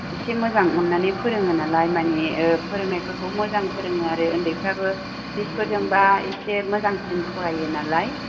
एसे मोजां अननानै फोरोङो नालाय मानि ओ फोररोंनाय फोरखौ मोजां फोरोङो आरो उन्दैफ्राबो मिसफोरजोंबा एसे मोजांसिन फरायो नालाय